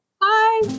Bye